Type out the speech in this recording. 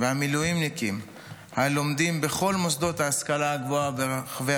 והמילואימניקים הלומדים בכל מוסדות ההשכלה הגבוהה ברחבי